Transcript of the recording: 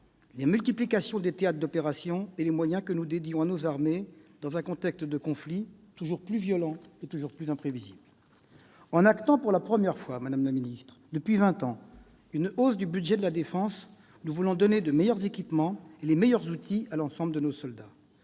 la multiplication des théâtres d'opérations et les moyens que nous dédions à nos armées, dans un contexte de conflits toujours plus violents et imprévisibles. En actant, pour la première fois depuis vingt ans, une hausse du budget de la défense, nous voulons donner de meilleurs équipements et les meilleurs outils à l'ensemble de nos soldats.